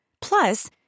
Plus